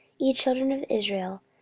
ye children of israel,